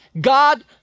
God